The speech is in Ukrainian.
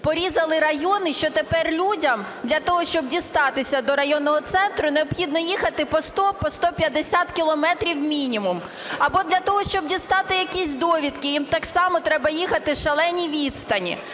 порізали райони, що тепер людям для того, щоб дістатися до районного центру, потрібно їхати по 100, по 150 кілометрів мінімум. Або для того, щоб дістати якісь довідки, їм так само треба їхати шалені відстані.